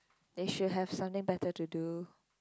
they should have something better to do